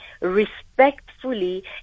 respectfully